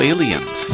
Aliens